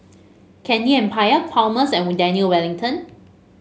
Candy Empire Palmer's and Daniel Wellington